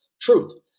truth